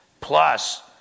plus